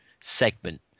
segment